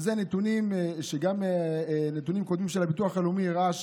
ואלה נתונים שגם הנתונים הקודמים של הביטוח הלאומי הראו,